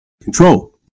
control